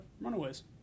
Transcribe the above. Runaways